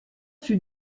fut